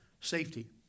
safety